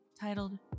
titled